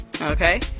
okay